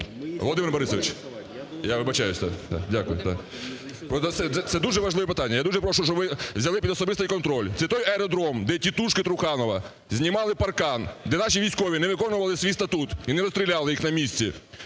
Володимир Борисович! Я вибачаюсь, так, да, дякую. Ви дасте… це дуже важливе питання, я дуже прошу, щоб ви взяли під особистий контроль. Це той аеродром, де "тітушки" Труханова знімали паркан, де наші військові не виконували свій статут і не розстріляли їх на місці,